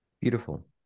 beautiful